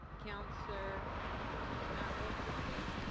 counselor matlow to speak.